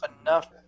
enough